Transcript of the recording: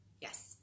Yes